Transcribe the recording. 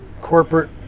corporate